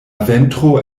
ventro